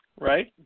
right